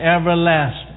everlasting